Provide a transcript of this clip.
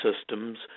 Systems